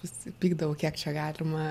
vis pykdavau kiek čia galima